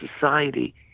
society